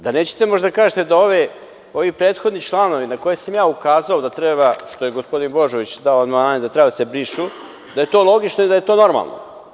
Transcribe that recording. Da nećete možda da kažete da ovi prethodni članovi na koje sam ja ukazao, što je gospodin Božović dao amandmane da treba da se brišu, da je to logično i da je to normalno?